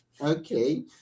Okay